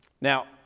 Now